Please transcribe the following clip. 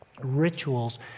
rituals